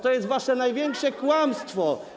To jest wasze największe kłamstwo.